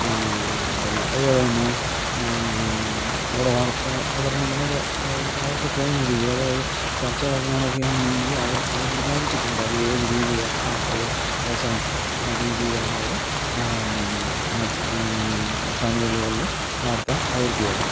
പിന്നെ അതുപോലെ തന്നെ അവിടെ വാർത്താ അവതരണം വളരെ പിന്നെ അവർക്ക് തോന്നുന്ന രീതിയിലതായത് ചർച്ചകളൊക്കെ ആണെങ്കിൽ അവർ അവർ വിചാരിച്ചിട്ടുണ്ട് അതേത് രീതിയിൽ അവസാനം അവർ അവസാനിപ്പിക്കണം ആ രീതിയിലാണ് അവർ പിന്നെ ആ ചാനലുകൾ വാർത്ത അവതരിപ്പിക്കപ്പെടുന്നത്